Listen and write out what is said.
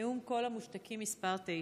נאום קול המושתקים מס' 9: